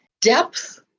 depth